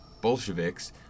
Bolsheviks